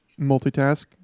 multitask